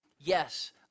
Yes